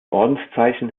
ordenszeichen